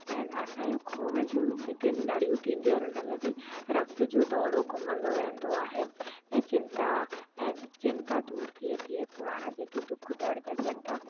ऐं असांजो खून जूं जेकी नणियूं थींदियूं आहिनि उन में बि राति जो दौरो घुमंदो रहंदो आहे ऐं चिंता ऐं चिंता दूरि थिए थी ऐं पुराणा जेका दुख दर्द थियनि था